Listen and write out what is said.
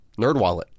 NerdWallet